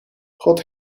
god